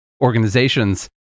organizations